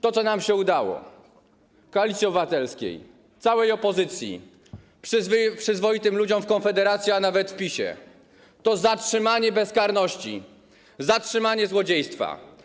To, co nam się udało, Koalicji Obywatelskiej, całej opozycji, przyzwoitym ludziom w Konfederacji, a nawet w PiS, to zatrzymanie bezkarności, zatrzymanie złodziejstwa.